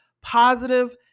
positive